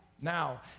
now